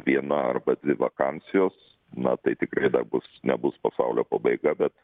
viena arba dvi vakansijos na tai tikrai nebus nebus pasaulio pabaiga bet